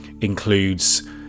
includes